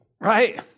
right